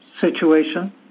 situation